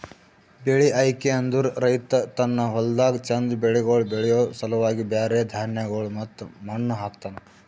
ಬೆಳಿ ಆಯ್ಕೆ ಅಂದುರ್ ರೈತ ತನ್ನ ಹೊಲ್ದಾಗ್ ಚಂದ್ ಬೆಳಿಗೊಳ್ ಬೆಳಿಯೋ ಸಲುವಾಗಿ ಬ್ಯಾರೆ ಧಾನ್ಯಗೊಳ್ ಮತ್ತ ಮಣ್ಣ ಹಾಕ್ತನ್